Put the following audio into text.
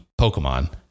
Pokemon